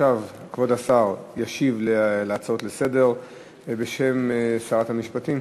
ועכשיו כבוד השר ישיב להצעות לסדר-היום בשם שרת המשפטים,